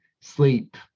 sleep